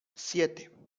siete